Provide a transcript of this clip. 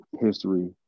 history